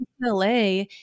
LA